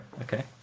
Okay